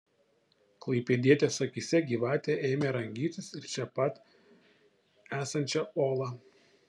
klaipėdietės akyse gyvatė ėmė rangytis į čia pat esančią olą